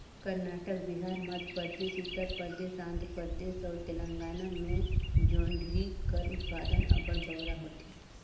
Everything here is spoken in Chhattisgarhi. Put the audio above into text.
करनाटक, बिहार, मध्यपरदेस, उत्तर परदेस, आंध्र परदेस अउ तेलंगाना में जोंढरी कर उत्पादन अब्बड़ बगरा होथे